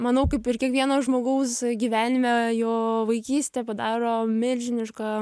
manau kaip ir kiekvieno žmogaus gyvenime jo vaikystė padaro milžinišką